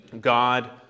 God